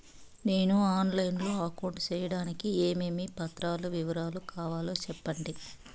On line లో account సేయడానికి ఏమేమి పత్రాల వివరాలు కావాలో సెప్పండి?